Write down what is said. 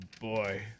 boy